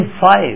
five